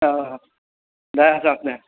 औ दे सार दे